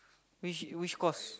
which which course